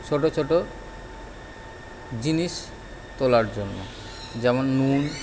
ছোট ছোট জিনিস তোলার জন্য যেমন নুন